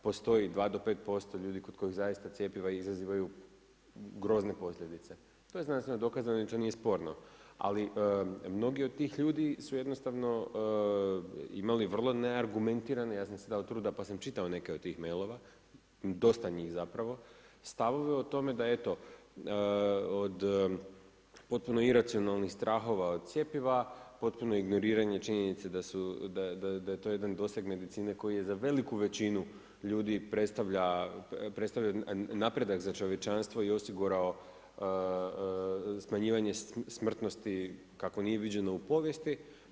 Postoji dva do pet posto ljudi kod kojih zaista cjepiva izazivaju grozne posljedice, to je znanstveno dokazano i to nije sporno, ali mnogi od tih ljudi su jednostavno imali vrlo neargumentirane, ja sam si dao truda pa sam čitao neke od tih mailova, dosta njih zapravo, stavove o tome da eto od potpuno iracionalnih strahova od cjepiva, potpuno ignoriranje činjenice da je to jedan doseg medicine koji je za veliku većinu ljudi predstavlja napredak za čovječanstvo i osigurao smanjivanje smrtnosti kakvo nije viđeno u povijesti.